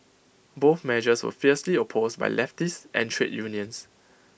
both measures were fiercely opposed by leftists and trade unions